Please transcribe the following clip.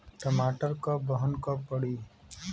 टमाटर क बहन कब पड़ी?